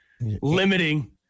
limiting